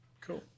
Cool